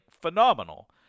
phenomenal